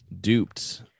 duped